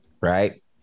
right